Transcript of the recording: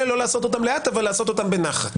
לא לעשות אותם לאט אבל לעשות אותם בנחת.